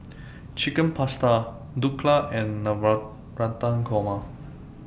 Chicken Pasta Dhokla and Navratan Korma